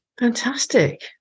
Fantastic